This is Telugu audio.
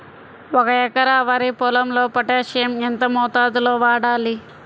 ఒక ఎకరా వరి పొలంలో పోటాషియం ఎంత మోతాదులో వాడాలి?